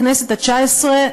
בכנסת ה-19,